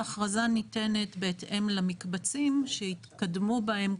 ההכרזה ניתנת בהתאם למקבצים שהתקדמו בהם.